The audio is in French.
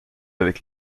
avec